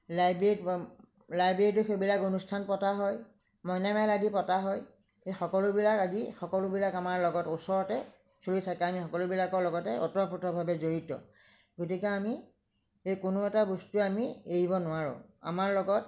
লাইব্ৰেৰীত লাইব্ৰেৰীটো সেইবিলাক অনুষ্ঠান পতা হয় মইনামেল আদি পতা হয় এই সকলোবিলাক আদি সকলোবিলাক আমাৰ লগত ওচৰতে চলি থাকে আমি সকলোবিলাকৰ লগতে ওতঃ প্ৰোতভাৱে জড়িত গতিকে আমি এই কোনো এটা বস্তুৱে আমি এৰিব নোৱাৰোঁ আমাৰ লগত